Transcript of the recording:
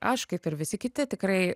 aš kaip ir visi kiti tikrai